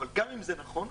אבל גם אם זה נכון,